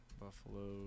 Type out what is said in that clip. Buffalo